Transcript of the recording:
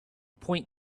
point